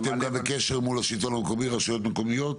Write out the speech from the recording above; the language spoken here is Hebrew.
אתם גם בקשר מול השלטון המקומי, הרשויות המקומיות?